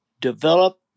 develop